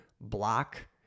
block